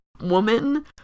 woman